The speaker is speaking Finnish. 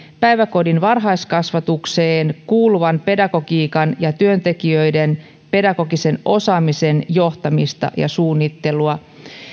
päiväkodin varhaiskasvatukseen kuuluvan pedagogiikan ja työntekijöiden pedagogisen osaamisen johtamista ja suunnittelua